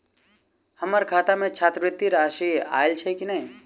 हम्मर खाता मे छात्रवृति राशि आइल छैय की नै?